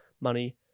money